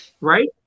right